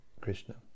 Krishna